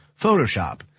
Photoshop